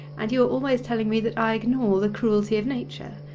and you are always telling me that i ignore the cruelty of nature.